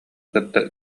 кытта